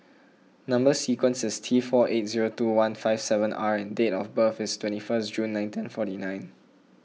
Number Sequence is T four eight zero two one five seven R and date of birth is twenty first June nineteen forty nine